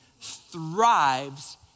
thrives